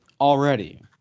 already